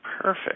Perfect